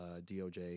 doj